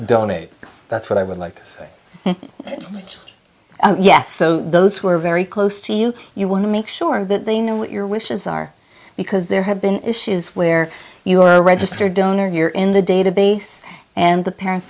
donate that's what i would like to say yes so those who are very close to you you want to make sure that they know what your wishes are because there have been issues where you are a registered donor here in the database and the parents